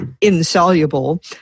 insoluble